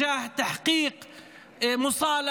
ולצעוד בכיוון השגת פיוס,